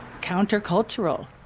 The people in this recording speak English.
countercultural